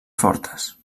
fortes